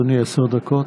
בבקשה, אדוני, עשר דקות.